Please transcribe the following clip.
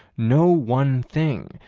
no one thing.